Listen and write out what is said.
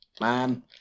man